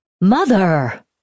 Mother